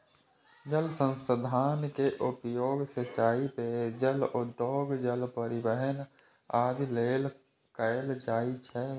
जल संसाधन के उपयोग सिंचाइ, पेयजल, उद्योग, जल परिवहन आदि लेल कैल जाइ छै